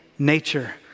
Nature